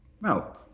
No